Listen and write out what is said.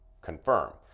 confirm